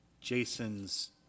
Jason's